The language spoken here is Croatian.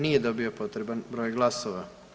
Nije dobio potreban broj glasova.